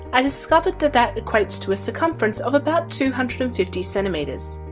i discovered that that equates to a circumference of about two hundred and fifty centimeters.